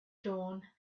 dawn